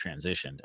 transitioned